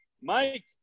Mike